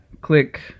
Click